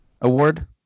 award